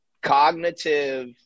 cognitive